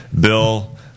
Bill